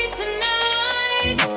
tonight